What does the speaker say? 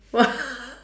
what